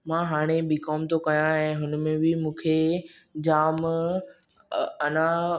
मां हाणे बीकॉम थो कयां ऐं हुन में बि मूंखे जाम अञा